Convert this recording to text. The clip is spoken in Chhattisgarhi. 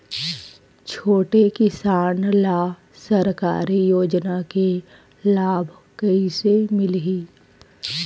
छोटे किसान ला सरकारी योजना के लाभ कइसे मिलही?